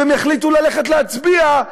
אם הם יחליטו ללכת להצביע,